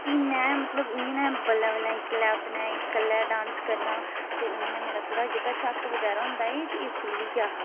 फ्ही में मतलब इ'यां ने बल्लै बल्लै इक्क्ले अपने इक्क्ले डांस करना ते ओह्दे ने मेरे थोह्ड़ा जेह्का झक्क बगैरा होंदा ते एह् खुल्ली गेआ हा